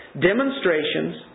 demonstrations